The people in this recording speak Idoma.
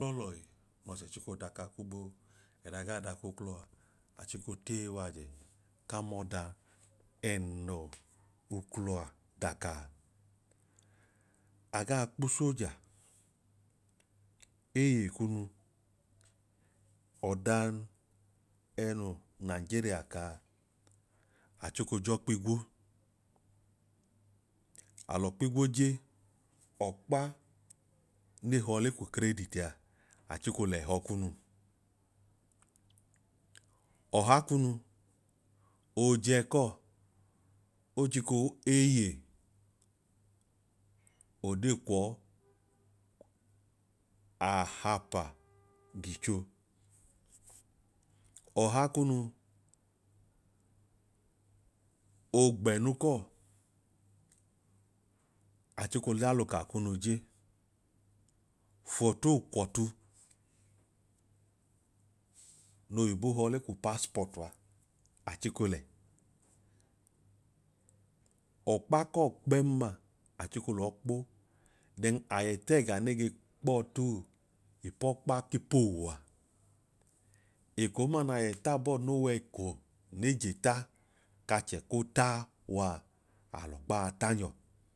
Uklọ lọhi n'ọchẹ chiko daka kwu gboo, ẹdaa gaa dak'uklọ a achiko t'eyi waajẹ ka m'ọda ẹn'uklọ a dakaa. Agaa kpu soja eye kunu, ọdan ẹẹ nu nigeria kaa, achiko j'ọkpigwo al'ọkpigwo je, ọkpa ne họọ le ku crediti a achiko l'ẹhọkunu. Ọha kunu oojẹ kọọ ochiko eye odee kwọọ ahapa gicho, ọha kunu oogbẹnu kọọ achiko l'aluka kunu je, foto okwọtu n'oiyibo họọ le ku passport a, achiko lẹ, ọkpa kọọ kpẹm ma achiko lọọ kpo then aiyẹ tẹẹga ne ge kpọọ ti pọkpak'ipowu a, eko'n ma nai yẹ taabọọ no wẹẹko ne je ta k'achẹ koo ta waa, al'ọkpaa ta nyọ